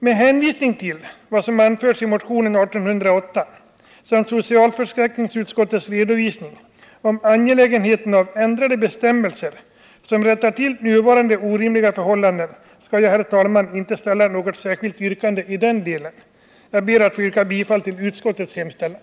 Med hänvisning till vad som anförts i motionen 1808 samt socialförsäkringsutskottets redovisning av angelägenheten av ändrade bestämmelser som rättar till nuvarande orimliga förhållanden skall jag, herr talman, inte ställa något särskilt yrkande i den delen. Jag ber att få yrka bifall till utskottets hemställan.